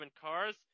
cars